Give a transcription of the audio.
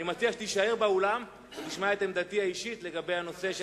אני מציע שתישארי באולם ותשמעי בקשב רב.